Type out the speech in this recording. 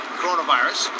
coronavirus